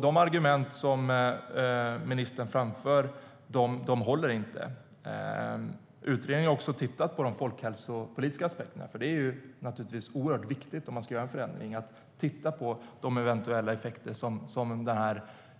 De argument som ministern framför håller alltså inte. Utredningen har också tittat på de folkhälsopolitiska aspekterna. Om man ska göra en förändring är det naturligtvis oerhört viktigt att titta på de eventuella effekter som